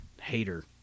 hater